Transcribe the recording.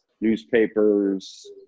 newspapers